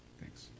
Thanks